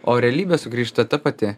o realybė sugrįžta ta pati